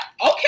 okay